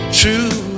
true